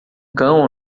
cão